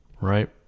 right